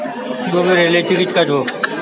কিভাবে রেলের টিকিট কাটব?